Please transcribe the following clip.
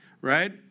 right